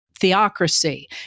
theocracy